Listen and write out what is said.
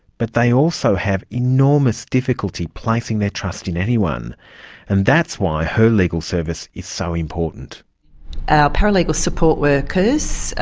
but they also have enormous difficulty placing their trust in anyone and that's why her legal service is so important. our paralegal support workers,